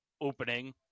opening